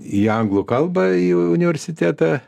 į anglų kalbą į universitetą